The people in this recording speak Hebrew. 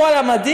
כשהוא על המדים,